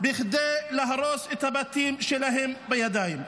להרוס את הבתים שלהם בידיים,